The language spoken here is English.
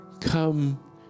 Come